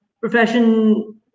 profession